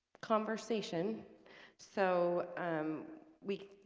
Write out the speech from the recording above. conversation so we